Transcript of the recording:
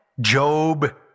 Job